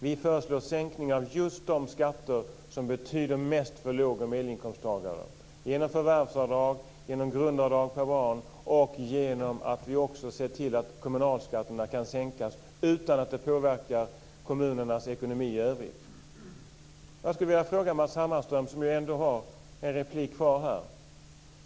Vi föreslår sänkningar av just de skatter som betyder mest för låg och medelinkomsttagare genom förvärvsavdrag, genom grundavdrag per barn och genom att vi också ser till att kommunalskatterna kan sänkas utan att det påverkar kommunernas ekonomi i övrigt. Jag skulle vilja ställa en fråga till Matz Hammarström, som ju ändå har en replik kvar.